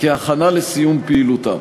כהכנה לסיום פעילותה.